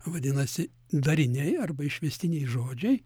vadinasi dariniai arba išvestiniai žodžiai